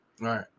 Right